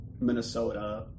Minnesota